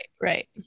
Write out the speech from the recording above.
right